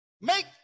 Make